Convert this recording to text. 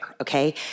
okay